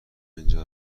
اینجا